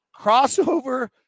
crossover